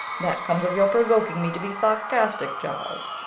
that comes of your provoking me to be sarcastic, charles.